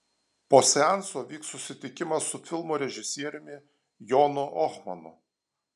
po seanso vyks susitikimas su filmo režisieriumi jonu ohmanu